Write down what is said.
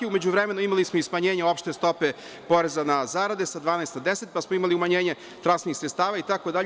U međuvremenu imali smo i smanjenje opšte stope poreza na zarade sa 12 na 10%, pa smo imali umanjenje transfernih sredstava itd.